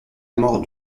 mort